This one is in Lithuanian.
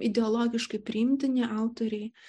ideologiškai priimtini autoriai